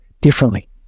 differently